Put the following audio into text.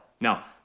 Now